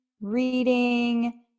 reading